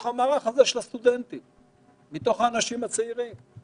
המערך הזה של הסטודנטים ומתוך האנשים הצעירים.